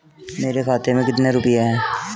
मेरे खाते में कितने रुपये हैं?